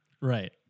Right